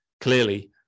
clearly